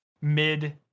mid